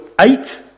eight